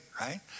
right